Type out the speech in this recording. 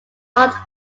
art